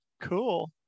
Cool